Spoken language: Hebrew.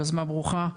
יוזמה ברוכה.